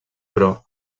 però